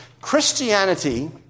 Christianity